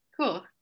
cool